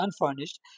unfurnished